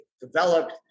developed